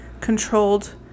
controlled